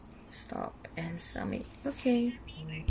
stop and submit okay